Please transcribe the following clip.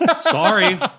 Sorry